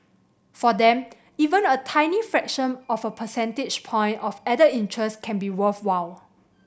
for them even a tiny fraction of a percentage point of added interest can be worthwhile